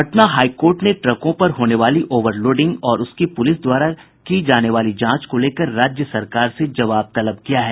Patna high court ने ट्रकों पर होने वाली ओवरलोडिंग और उसकी पुलिस द्वारा की जाने वाली जांच को लेकर राज्य सरकार से जवाब तलब किया है